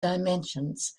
dimensions